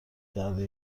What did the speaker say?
کرده